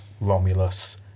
Romulus